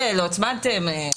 לא הצמדתם.